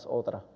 otra